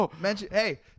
Hey